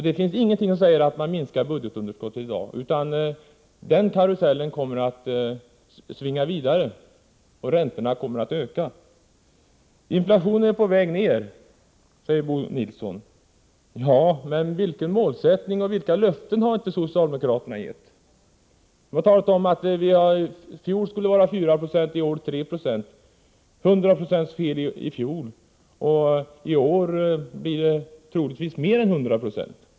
Det finns ingenting som säger att man minskar budgetunderskottet i dag, utan den karusellen kommer att svinga vidare, och räntorna kommer att öka. Inflationen är på väg ner, säger Bo Nilsson. Men vilken målsättning hade och vilka löften har socialdemokraterna gett? Det talades om att inflationen i fjol skulle bli 4 96 och i år 3 20. Det blev 100 96 fel i fjol, och i år blir det troligtvis mer än 100 96.